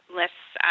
lists